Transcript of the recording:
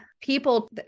people